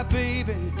baby